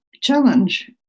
challenge